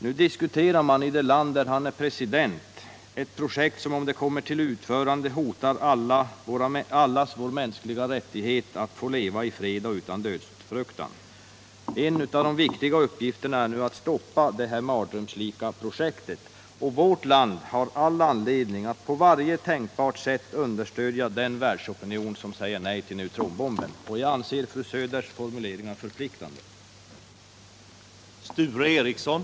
Nu diskuterar man i det land där han är president ett projekt som, om det kommer till utförande, hotar allas vår mänskliga rättighet att få leva i fred och utan dödsfruktan. En av de viktiga uppgifterna är nu att stoppa det här mardrömslika projektet — vårt land har all anledning att på varje tänkbart sätt understödja en världsopinion som säger nej till neutronbomben, och jag anser att fru Söders formuleringar förpliktar till nya och bestämda initiativ.